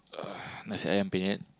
uh Nasi-Ayam-Penyet